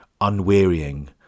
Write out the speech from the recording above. unwearying